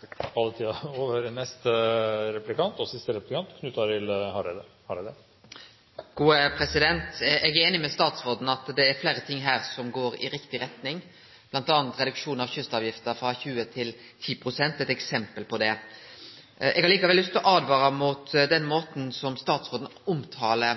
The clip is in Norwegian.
Eg er einig med statsråden i at det er fleire ting her som går i riktig retning, bl.a. er reduksjonen av kystavgifta frå 20 pst. til 10 pst. eit eksempel på det. Eg har likevel lyst til å åtvare mot den måten som statsråden omtaler